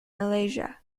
malaysia